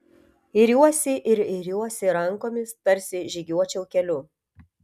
iriuosi ir iriuosi rankomis tarsi žygiuočiau keliu